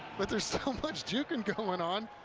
but there's so much juking going on,